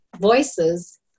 voices